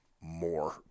more